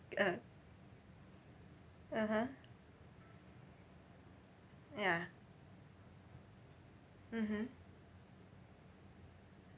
uh (uh huh) ya mmhmm